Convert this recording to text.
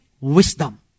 wisdom